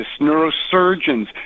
neurosurgeons